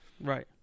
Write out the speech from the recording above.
right